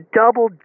double